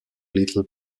little